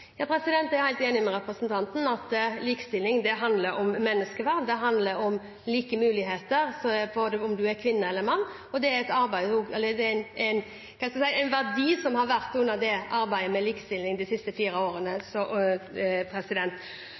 Jeg er helt enig med representanten i at likestilling handler om menneskeverd, det handler om like muligheter om man er kvinne eller mann. Det er en verdi som har vært med i arbeidet med likestilling de siste fire årene. Så er jeg veldig opptatt av at en av de store likestillingsutfordringene vi har,